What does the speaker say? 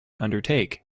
undertake